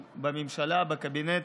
בממשלה, בקבינט,